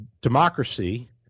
democracy